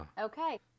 Okay